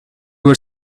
were